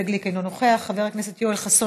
חבר הכנסת מוסי רז,